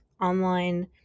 online